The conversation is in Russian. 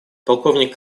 полковник